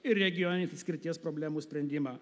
ir regioninės atskirties problemų sprendimą